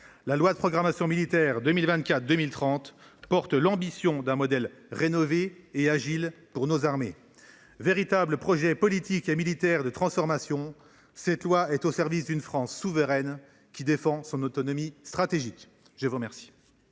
du droit international, la LPM 2024 2030 porte l’ambition d’un modèle rénové et agile pour nos armées. Véritable projet politique et militaire de transformation, cette loi est au service d’une France souveraine qui défend son autonomie stratégique. La parole